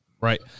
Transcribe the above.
Right